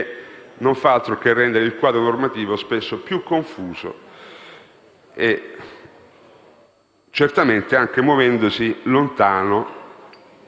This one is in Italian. non fa altro che rendere il quadro normativo spesso più confuso e certamente muovendosi lontano